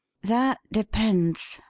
that depends,